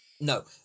No